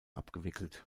abgewickelt